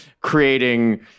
creating